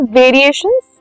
variations